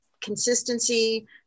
consistency